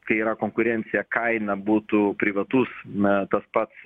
kai yra konkurencija kaina būtų privatus na tas pats